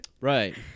Right